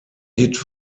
hit